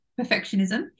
perfectionism